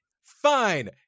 Fine